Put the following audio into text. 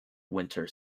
winter